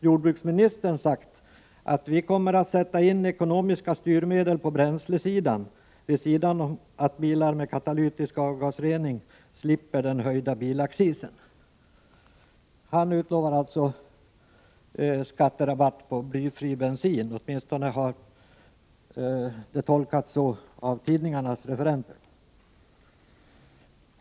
Jordbruksministern har där sagt att man kommer att sätta in ekonomiska styrmedel på bränslesidan vid sidan av att bilar med katalytisk avgasrening slipper den höjda bilaccisen. Han utlovade alltså skatterabatt på blyfri bensin — åtminstone har det tolkats så av tidningarnas referenter.